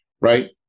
right